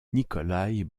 nikolaï